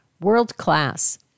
world-class